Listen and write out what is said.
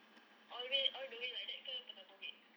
always all the way like that ke pasal COVID